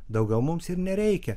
daugiau mums ir nereikia